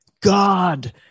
God